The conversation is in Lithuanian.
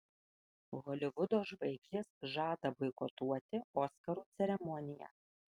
holivudo žvaigždės žada boikotuoti oskarų ceremoniją